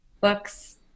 books